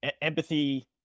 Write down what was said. empathy